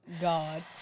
God